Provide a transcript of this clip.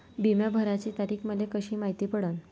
बिमा भराची तारीख मले कशी मायती पडन?